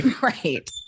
Right